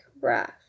rough